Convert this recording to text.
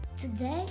Today